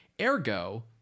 Ergo